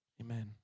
amen